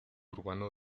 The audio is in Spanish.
urbano